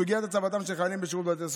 סוגיית הצבתם של חיילים בשירות בתי הסוהר,